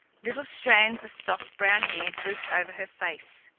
little strands of soft brown hair drooped over her face.